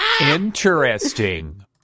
interesting